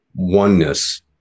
oneness